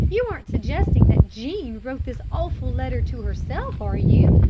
you aren't suggesting that jean wrote this awful letter to herself, are you?